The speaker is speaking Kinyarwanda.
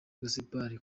gaspard